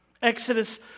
Exodus